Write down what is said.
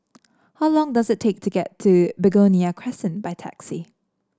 how long does it take to get to Begonia Crescent by taxi